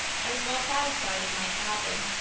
i was well satisfied with my cabin,